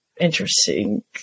interesting